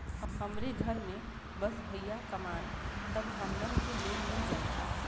हमरे घर में बस भईया कमान तब हमहन के लोन मिल जाई का?